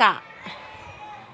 का?